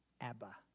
Abba